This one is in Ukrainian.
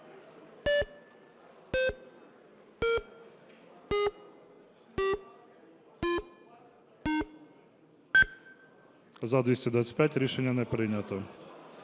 За-219 Рішення не прийнято.